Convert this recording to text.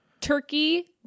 turkey